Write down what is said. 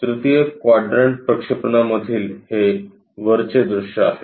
तृतीय क्वाड्रंट प्रक्षेपणामधील हे वरचे दृश्य आहे